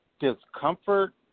discomfort